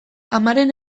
amaren